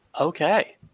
okay